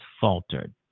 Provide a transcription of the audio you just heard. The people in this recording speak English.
faltered